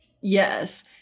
Yes